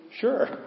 sure